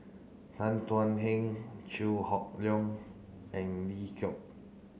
Tan Thuan Heng Chew Hock Leong and Lee Gee